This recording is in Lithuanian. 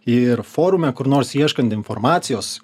ir forume kur nors ieškant informacijos